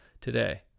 today